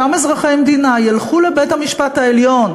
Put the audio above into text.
אותם אזרחי המדינה ילכו לבית-המשפט העליון,